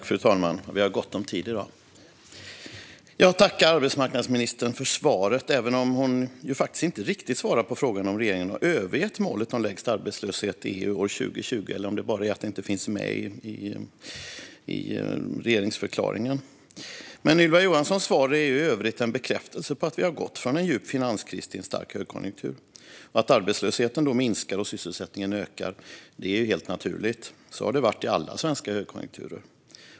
Fru talman! Jag tackar arbetsmarknadsministern för svaret, även om hon faktiskt inte riktigt svarar på frågan om regeringen har övergett målet om lägst arbetslöshet i EU år 2020 eller om det bara inte finns med i regeringsförklaringen. Ylva Johanssons svar är i övrigt en bekräftelse på att vi har gått från en djup finanskris till en stark högkonjunktur. Att arbetslösheten då minskar och sysselsättningen ökar är helt naturligt. Så har det varit i alla svenska högkonjunkturer.